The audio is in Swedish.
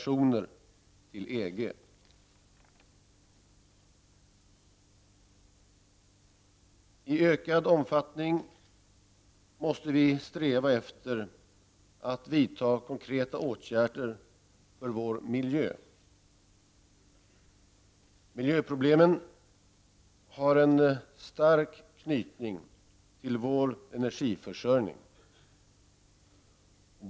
I ökad omfattning måste vi sträva efter att vidta konkreta åtgärder för vår miljö. Miljöproblemen har en stark knytning till vår energiförsörjning.